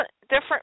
different